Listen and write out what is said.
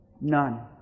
none